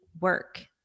work